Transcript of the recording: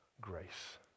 grace